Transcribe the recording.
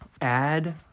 add